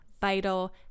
vital